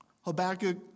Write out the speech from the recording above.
Habakkuk